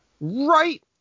right